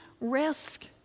risk